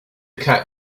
cat